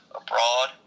abroad